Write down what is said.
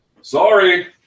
Sorry